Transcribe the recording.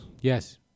Yes